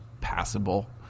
passable